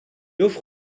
offre